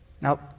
Now